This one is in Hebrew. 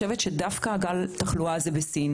אני חושבת שדווקא גל התחלואה בעולם,